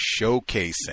showcasing